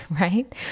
right